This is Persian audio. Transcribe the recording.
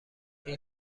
این